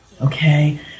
okay